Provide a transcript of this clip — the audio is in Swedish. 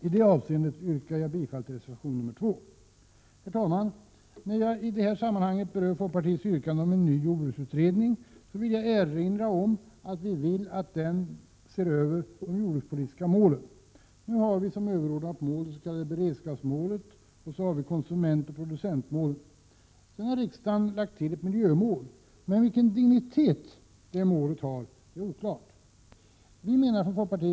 I detta avseende yrkar jag bifall till reservation 2. Herr talman! När jag i detta sammanhang berör folkpartiets yrkande om en ny jordbruksutredning, vill jag erinra om att vi vill att denna ser över de jordbrukspolitiska målen. Nu har vi som överordnat mål det s.k. beredskapsmålet och konsumentoch producentmålen. Sedan har riksdagen lagt till ett miljömål. Men vilken dignitet detta mål har är oklart.